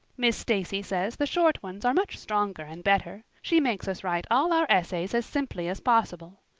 miss stacy says the short ones are much stronger and better. she makes us write all our essays as simply as possible.